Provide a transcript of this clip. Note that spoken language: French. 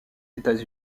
états